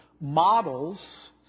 models